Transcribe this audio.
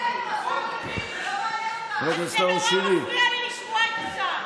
זה נורא מפריע לי לשמוע את השר.